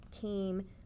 came